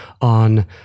on